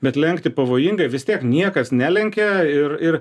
bet lenkti pavojingai vis tiek niekas nelenkia ir ir